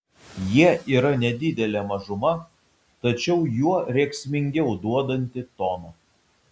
jie yra nedidelė mažuma tačiau juo rėksmingiau duodanti toną